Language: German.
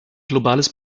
globales